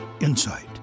insight